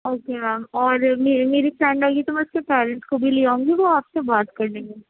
okay ma'am اور میری میری فرینڈ آئے گی تو میں اُس کے پیرینٹس کو بھی لے آؤں گی وہ آپ سے بات کرلیں گے